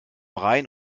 rhein